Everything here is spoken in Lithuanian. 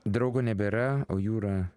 draugo nebėra o jūra